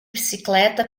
bicicleta